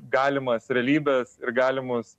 galimas realybes ir galimus